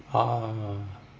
ah